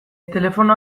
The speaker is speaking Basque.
telefono